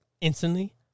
instantly